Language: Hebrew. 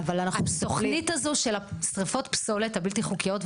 התוכנית הזאת של שריפות הפסולת הבלתי-חוקיות,